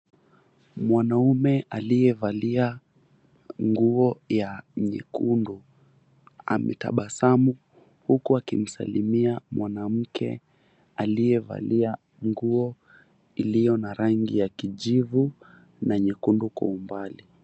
Mwanaume aliyevalia nguo ya nyekundu, ametabasamu huku akisalimia mwanamke aliyevalia nguo iliyo na rangi ya kijivu na nyekundu kwa umbali.